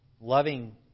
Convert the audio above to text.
loving